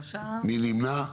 3. מי נמנע?